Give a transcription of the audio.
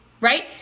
right